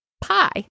PIE